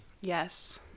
Yes